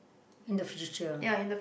the future